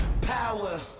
power